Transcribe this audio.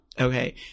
Okay